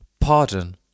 Pardon